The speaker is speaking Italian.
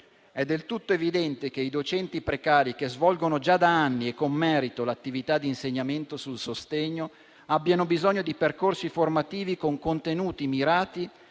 è del tutto evidente che i docenti precari, che svolgono già da anni e con merito l'attività di insegnamento sul sostegno, abbiano bisogno di percorsi formativi con contenuti mirati